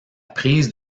prise